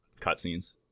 cutscenes